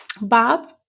Bob